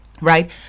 right